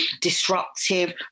disruptive